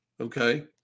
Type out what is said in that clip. okay